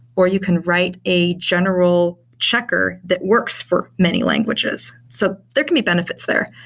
or you can write a general checker that works for many languages. so there can be benefits there.